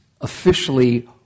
officially